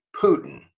Putin